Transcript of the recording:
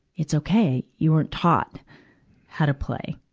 it's okay you weren't taught how to play.